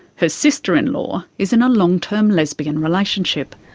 her sister-in-law is in a long-term lesbian relationship.